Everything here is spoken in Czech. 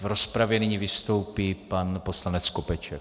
V rozpravě nyní vystoupí pan poslanec Skopeček.